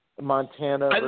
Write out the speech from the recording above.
Montana